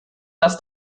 dass